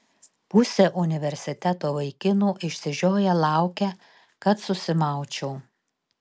pusė universiteto vaikinų išsižioję laukia kad susimaučiau